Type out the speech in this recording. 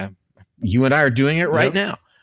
ah you and i are doing it right now.